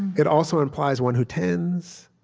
it also implies one who tends.